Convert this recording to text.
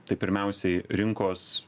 tai pirmiausiai rinkos